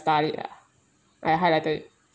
started it ah I highlighted it